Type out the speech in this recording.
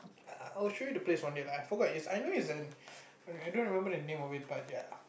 err I will show you the place one day lah I forgot is I know it's an I don't remember the name of it but ya